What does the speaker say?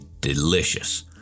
delicious